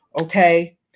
Okay